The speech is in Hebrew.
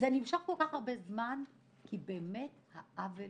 זה נמשך כל כך הרבה זמן, כי באמת העוול